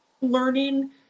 learning